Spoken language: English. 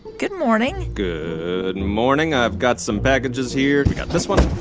good morning good morning. i've got some packages here. got this one,